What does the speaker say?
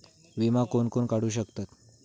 विमा कोण कोण काढू शकता?